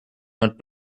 not